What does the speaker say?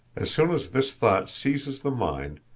as soon as this thought seizes the mind,